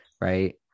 right